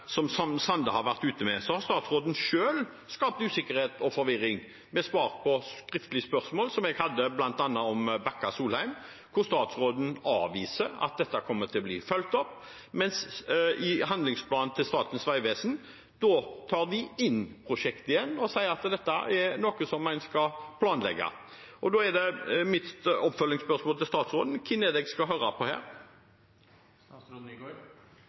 skriftlig spørsmål fra meg, bl.a. om Bakka–Solheim, hvor statsråden avviser at dette kommer til å bli fulgt opp, mens man i handlingsplanen til Statens vegvesen tar inn igjen prosjektet og sier at dette er noe en skal planlegge. Da er mitt oppfølgingsspørsmål til statsråden: Hvem er det jeg skal høre på her?